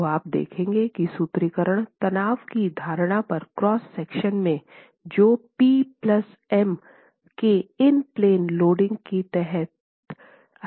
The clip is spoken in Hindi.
तो आप देखेंगे कि सूत्रीकरण तनाव की धारणा पर क्रॉस सेक्शन में जो पी प्लस एम के इन प्लेन लोडिंग के तहत हैं पर आधारित है